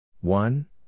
one